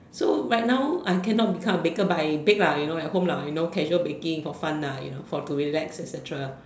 so right now I cannot become a baker but I bake lah you know at home lah you know casual baking for fun lah you know for to relax et-cetera